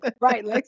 right